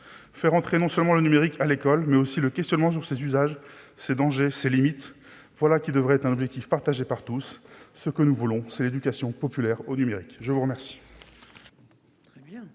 Faire entrer non seulement le numérique à l'école, mais aussi le questionnement sur ses usages, ses dangers et ses limites, voilà qui devrait être un objectif partagé par tous. Ce que nous voulons, c'est l'éducation populaire au numérique. La parole